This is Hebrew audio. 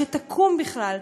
שתקום בכלל.